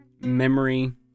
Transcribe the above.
memory